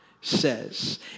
says